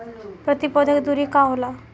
प्रति पौधे के दूरी का होला?